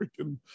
freaking